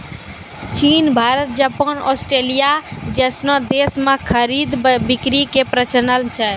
चीन Bharat Japan Australia जैसनो देश मे खरीद बिक्री के प्रचलन छै